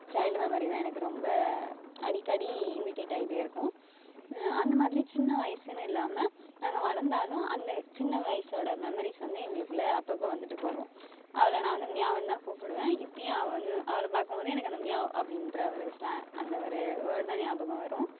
child memory தான் எனக்கு ரொம்ப அடிக்கடி இமிடெட் ஆகிட்டே இருக்கும் அந்த மாதிரி சின்ன வயதுன்னு இல்லாமல் நாங்கள் வளர்ந்தாலும் அந்தச் சின்ன வயசோடய மெமரிஸ் வந்து எங்களுக்குள்ள அப்பப்போ வந்துட்டு போகும் அவளை நான் வந்து மியாவ்னு தான் கூப்பிடுவேன் இப்போயும் அவள் வந்து அவளை பார்க்கும் போது எனக்கு அந்த மியாவ் அப்படீன்ற ஒரு ஸ்லாங் அந்த ஒரு வேர்டு தான் ஞாபகம் வரும்